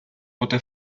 poté